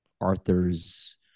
arthur's